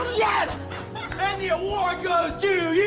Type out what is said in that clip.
yes. and the award goes to